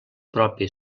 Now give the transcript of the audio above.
propi